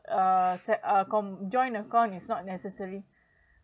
uh set uh com~ joint account is not necessary